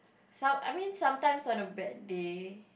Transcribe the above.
some I mean sometimes on a bad day